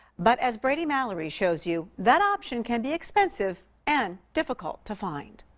but as brady mallory shows you that option can be expensive and difficult to find.